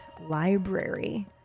library